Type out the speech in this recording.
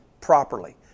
properly